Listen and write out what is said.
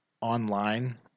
online